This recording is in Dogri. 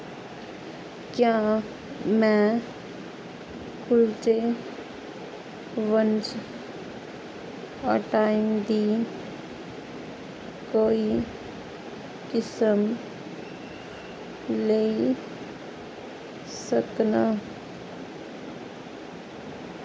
क्या मैं कुल्चे बन्स आइटम दी कोई किसम लेई सकनां